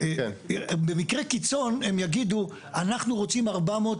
במקרה קיצון הם יגידו אנחנו רוצים 400,